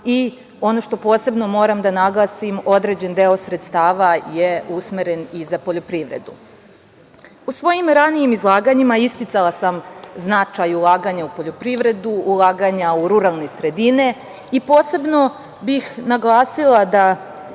Ono što posebno moram da naglasim određen deo sredstava je usmeren i za poljoprivredu.U svojim ranijim izlaganjima isticala sam značaj ulaganja u poljoprivredu, ulaganja u ruralne sredine. Posebno bih naglasila da